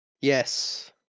Yes